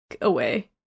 away